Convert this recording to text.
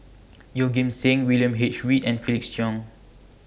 Yeoh Ghim Seng William H Read and Felix Cheong